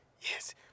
Yes